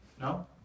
No